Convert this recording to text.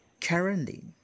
Currently